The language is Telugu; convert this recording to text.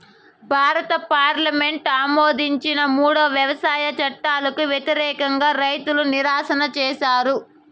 భారత పార్లమెంటు ఆమోదించిన మూడు వ్యవసాయ చట్టాలకు వ్యతిరేకంగా రైతులు నిరసన చేసారు